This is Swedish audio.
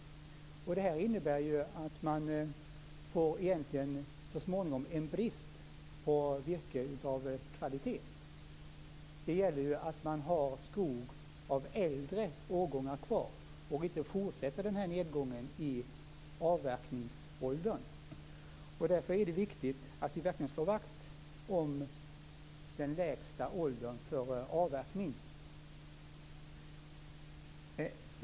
Det innebär att det så småningom blir en brist på virke av kvalitet. Det gäller ju att man har skog av äldre årgångar kvar och att inte denna nedgång i avverkningsålder fortsätter. Därför är det viktigt att vi verkligen slår vakt om den lägsta åldern för avverkning.